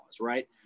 right